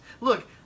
Look